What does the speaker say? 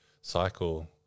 cycle